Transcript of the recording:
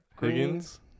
Higgins